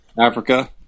africa